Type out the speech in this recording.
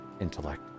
Intellect